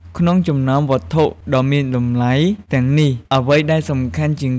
ក្នុងចំណោមវត្ថុដ៏មានតម្លៃទាំងនេះ អ្វីដែលសំខាន់ជាងគេគឺ វាយនភ័ណ្ឌសូត្រខ្មែរ រួមមានសំពត់បុរាណ ហូល និងផាមួង។